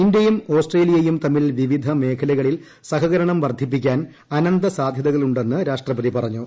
ഇന്തൃയും ആസ്ട്രേലിയയും തമ്മിൽ വിവിധ മേഖലകളിൽ സഹകരണം വർദ്ധിപ്പിക്കാൻ അനന്തസാധ്യതകളുണ്ടെന്ന് രാഷ്ട്രപതി പറഞ്ഞു